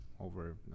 over